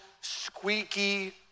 squeaky